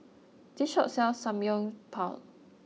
this shop sells Samgyeopsal